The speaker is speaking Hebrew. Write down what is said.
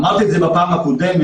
אמרתי את זה בפעם הקודמת,